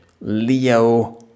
Leo